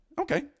Okay